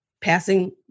passing